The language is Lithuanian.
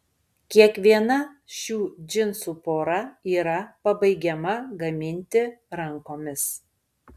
kiekviena šių džinsų pora yra pabaigiama gaminti rankomis